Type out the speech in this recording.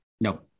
no